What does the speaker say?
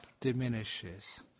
diminishes